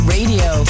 Radio